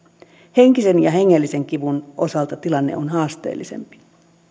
henkisen ja hengellisen kivun osalta tilanne on haasteellisempi